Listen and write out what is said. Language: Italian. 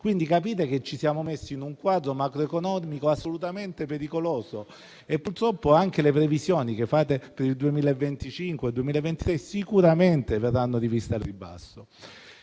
quindi che ci siamo messi in un quadro macroeconomico assolutamente pericoloso e purtroppo, anche le previsioni che fate per il 2025 e il 2026 sicuramente verranno riviste al ribasso.